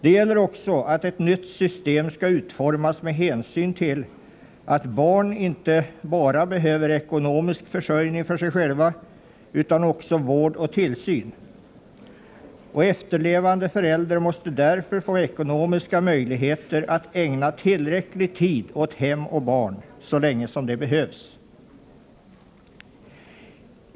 Ett nytt system måste också utformas med hänsyn till att barn inte bara behöver ekonomisk försörjning för sig själva utan också vård och tillsyn. Efterlevande förälder måste därför få ekonomiska möjligheter att ägna tillräcklig tid åt hem och barn så länge som det behövs.